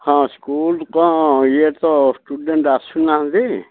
ହଁ ସ୍କୁଲ କ'ଣ ଇଏ ତ ଷ୍ଟୁଡ଼େଣ୍ଟ ଆସୁନାହାନ୍ତି